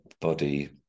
body